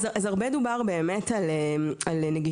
אז הרבה דובר באמת על נגישות,